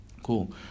Cool